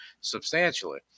substantially